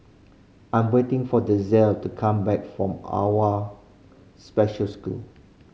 I'm waiting for Denzell to come back from Special School